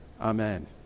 Amen